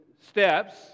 steps